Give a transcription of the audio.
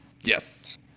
Yes